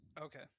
okay